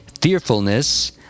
fearfulness